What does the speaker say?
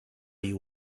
you